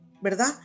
¿verdad